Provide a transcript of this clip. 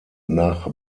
nach